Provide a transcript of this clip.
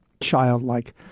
childlike